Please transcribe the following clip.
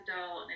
adult